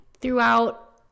throughout